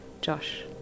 Josh